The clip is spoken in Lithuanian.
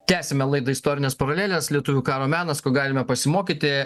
tęsiame laidą istorinės paralelės lietuvių karo menas ko galime pasimokyti